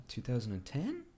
2010